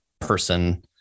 person